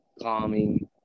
calming